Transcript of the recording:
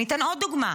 אני אתן עוד דוגמה.